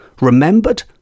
remembered